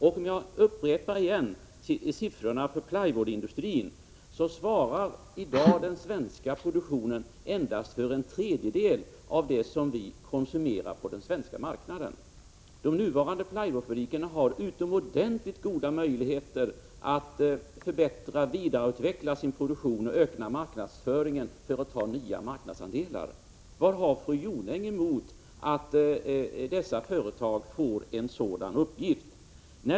Jag vill återigen upprepa siffrorna för plywoodindustrin. I dag svarar den svenska produktionen för endast en tredjedel av det som vi konsumerar på den svenska marknaden. De nuvarande plywoodfabrikerna har utomordentligt goda möjligheter att förbättra och vidareutveckla sin produktion och öka marknadsföringen för att ta nya marknadsandelar. Vad har fru Jonäng emot att dessa företag får en sådan uppgift?